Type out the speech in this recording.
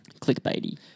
clickbaity